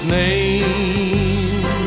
name